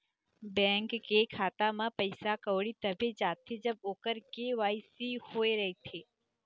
bank के खाता म पइसा कउड़ी तभे जाथे जब ओखर के.वाई.सी होए रहिथे